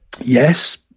Yes